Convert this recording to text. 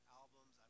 albums